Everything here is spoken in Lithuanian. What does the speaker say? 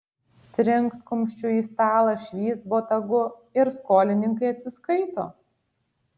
trinkt kumščiu į stalą švyst botagu ir skolininkai atsiskaito